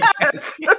yes